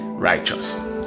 Righteous